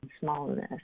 smallness